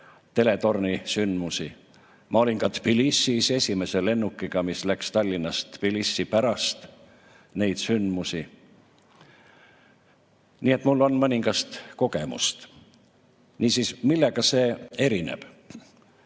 teletorni sündmusi, ma olin ka Tbilisis esimese lennukiga, mis läks Tallinnast Tbilisi pärast neid sündmusi –, nii et mul on mõningast kogemust. Niisiis, mille poolest see erineb?